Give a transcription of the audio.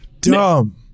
dumb